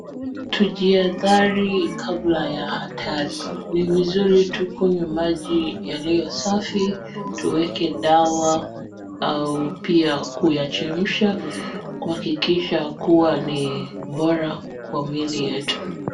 Tujihadhari kabla ya hatari. Ni vizuri tukunywe maji yalio safi, tueke dawa au pia kuyachemsha, kuhakikisha kuwa ni bora kwa miili yetu.